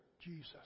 Jesus